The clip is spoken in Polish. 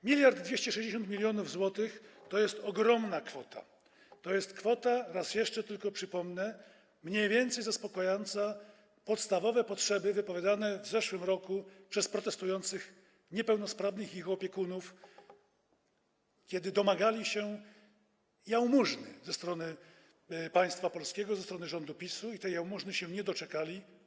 1260 mln zł to jest ogromna kwota, to jest kwota - raz jeszcze tylko przypomnę - mniej więcej zaspokajająca podstawowe potrzeby zgłaszane w zeszłym roku przez protestujących niepełnosprawnych i ich opiekunów, kiedy domagali się jałmużny ze strony państwa polskiego, ze strony rządu PiS-u i tej jałmużny się nie doczekali.